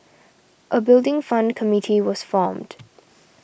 a Building Fund committee was formed